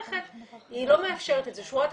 המערכת לא מאפשרת את זה, זו השורה התחתונה.